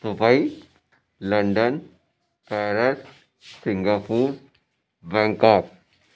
Dubai London Paris Singapore Bangkok